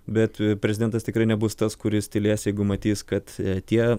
bet prezidentas tikrai nebus tas kuris tylės jeigu matys kad tie